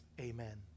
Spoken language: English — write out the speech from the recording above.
amen